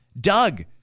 Doug